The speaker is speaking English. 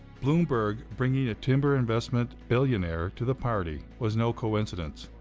bloomberg, bringing a timber investment billionaire to the party, was no coincidence.